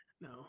No